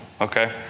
Okay